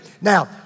Now